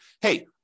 hey